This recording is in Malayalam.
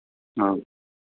ആ